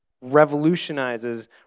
revolutionizes